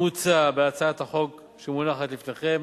מוצע בהצעת החוק שמונחת לפניכם